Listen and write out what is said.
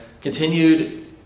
continued